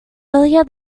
earlier